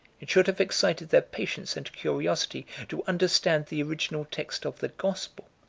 it should have excited their patience and curiosity to understand the original text of the gospel